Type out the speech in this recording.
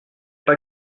pas